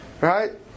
Right